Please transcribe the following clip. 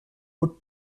would